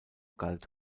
galt